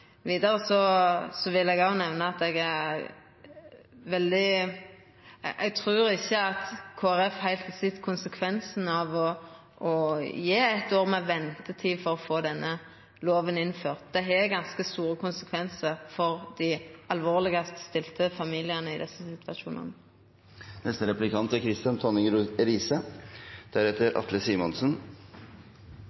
Vidare vil eg nemna at eg trur ikkje at Kristeleg Folkeparti heilt har sett konsekvensen av å gje eit år med ventetid for å få denne lova innført. Det har ganske store konsekvensar for dei alvorlegast stilte familiane i desse situasjonane. Å forhindre at ungdom blir gående passive er